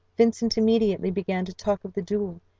vincent immediately began to talk of the duel,